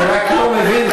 אני רק לא מבין,